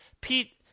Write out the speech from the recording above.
Pete